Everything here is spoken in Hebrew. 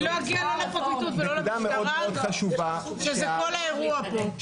אני לא אגיע לא לפרקליטות ולא למשטרה שזה כל האירוע פה.